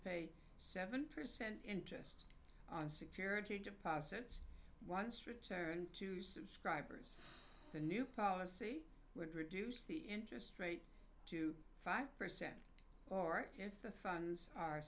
pay seven percent interest on security deposits once returned to subscribers the new policy would reduce the interest rate to five percent or if the funds are